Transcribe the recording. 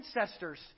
ancestors